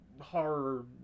horror